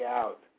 out